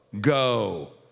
go